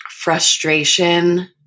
Frustration